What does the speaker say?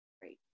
great